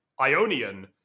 Ionian